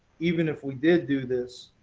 even if we did do this,